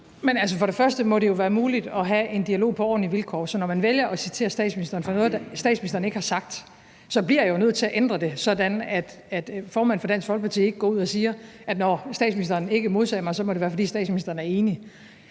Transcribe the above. For det første må det jo være muligt at have en dialog på ordentlige vilkår, så når man vælger at citere statsministeren for noget, statsministeren ikke har sagt, bliver jeg jo nødt til at ændre det, sådan at formanden for Dansk Folkeparti ikke går ud og siger, at når statsministeren ikke modsiger mig, må det være, fordi statsministeren er enig.